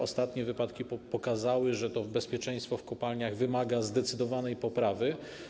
Ostatnie wypadki pokazały, że to bezpieczeństwo w kopalniach wymaga zdecydowanej poprawy.